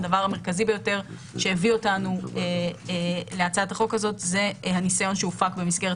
הדבר המרכזי שהביא אותנו להצעת החוק הזו הניסיון שהופק במסגרת